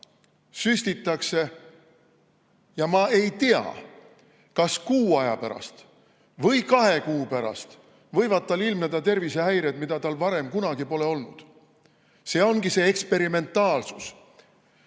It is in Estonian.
süstitakse, ja ma ei tea, kas kuu aja pärast või kahe kuu pärast võivad tal ilmneda tervisehäired, mida tal varem kunagi pole olnud. See ongi see eksperimentaalsust.